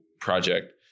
project